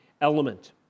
element